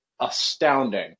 astounding